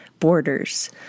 borders